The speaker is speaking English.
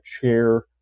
chair